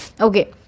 Okay